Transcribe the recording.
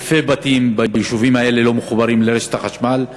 אלפי בתים ביישובים האלה לא מחוברים לרשת החשמל.